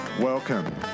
Welcome